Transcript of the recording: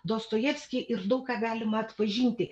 dostojevskį ir daug ką galima atpažinti